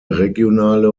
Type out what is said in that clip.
regionale